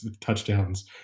touchdowns